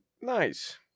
nice